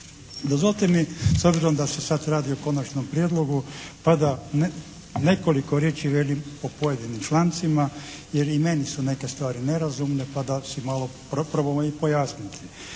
Dozvolite mi s obzirom da se sada radi o konačnom prijedlogu pa da nekoliko riječi velim o pojedinim člancima jer i meni su neke stvari nerazumne pa da si malo probamo i pojasniti.